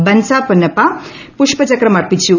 ബൻസി പൊന്നപ്പ പുഷ്പചക്രം അർപ്പിച്ചു